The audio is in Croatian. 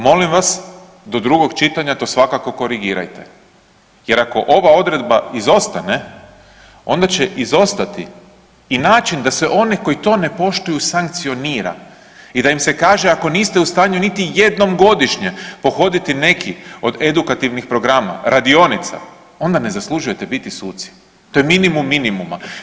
Molim vas do drugog čitanja to svakako korigirajte jer ako ova odredba izostane onda će izostati i način da se one koji to ne poštuju sankcionira i da im se kaže ako niste u stanju niti jednom godišnje pohoditi neki od edukativnih programa, radionica onda ne zaslužujete biti suci, to je minimum minimuma.